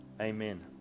Amen